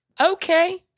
Okay